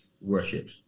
worship